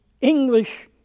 English